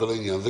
את